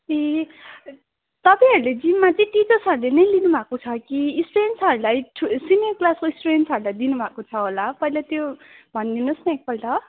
ए तपाईँहरूले जिम्मा चाहिँ टिचर्सहरूले नै लिनुभएको छ कि स्टुडेन्सहरूलाई ठु सिनियर क्लासको स्टुडेन्सहरूलाई दिनुभएको छ होला पहिला त्यो भनिदिनु होस् न एकपल्ट